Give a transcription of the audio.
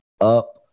up